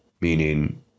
meaning